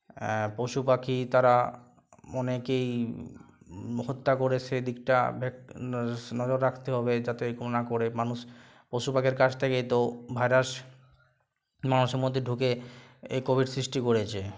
পশু পাখি তারা অনেকেই হত্যা করেছে এ দিকটা ভ্যাক নাস নজর রাখতে হবে যাতে কোনা করে মানুষ পশু পাখির কাছ থেকেই তো ভাইরাস মানুষের মধ্যে ঢুকে এই কোভিড সৃষ্টি করেছে